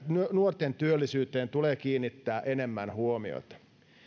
nuorten työllisyyteen tulee kiinnittää enemmän huomiota